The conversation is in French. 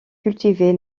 cultivée